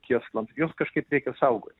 kėslams juos kažkaip reikia saugoti